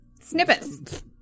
snippets